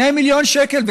2 מיליון שקלים,